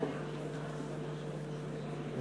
פסחתי עליך, לא